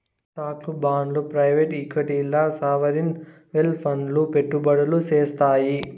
స్టాక్లు, బాండ్లు ప్రైవేట్ ఈక్విటీల్ల సావరీన్ వెల్త్ ఫండ్లు పెట్టుబడులు సేత్తాయి